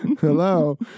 Hello